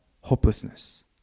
hopelessness